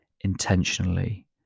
intentionally